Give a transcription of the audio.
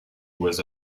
was